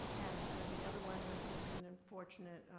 and the other one was just an unfortunate